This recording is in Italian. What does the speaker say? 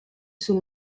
sul